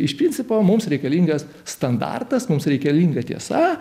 reiškia iš principo mums reikalingas standartas mums reikalinga tiesa